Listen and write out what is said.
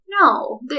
no